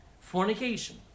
Fornication